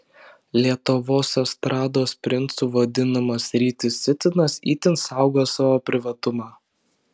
lietuvos estrados princu vadinamas rytis cicinas itin saugo savo privatumą